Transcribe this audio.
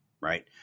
right